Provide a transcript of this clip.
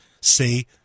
say